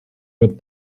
with